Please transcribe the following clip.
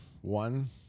one